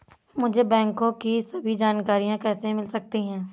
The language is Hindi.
मुझे बैंकों की सभी जानकारियाँ कैसे मिल सकती हैं?